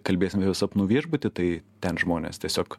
kalbėsime apie sapnų viešbutį tai ten žmonės tiesiog